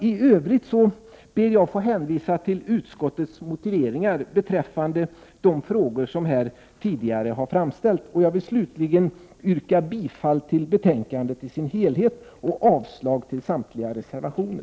I övrigt ber jag att få hänvisa till utskottets motiveringar beträffande de frågor som här tidigare har framställts. Slutligen vill jag yrka bifall till utskottets hemställan i dess helhet och avslag på samtliga reservationer.